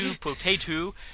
Potato